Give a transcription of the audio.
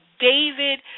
David